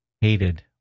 hated